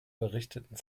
berichteten